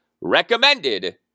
recommended